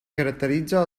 caracteritza